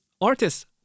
artists